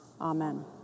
Amen